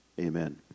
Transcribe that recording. Amen